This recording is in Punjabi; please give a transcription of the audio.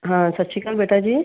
ਹਾਂ ਸਤਿ ਸ਼੍ਰੀ ਅਕਾਲ ਬੇਟਾ ਜੀ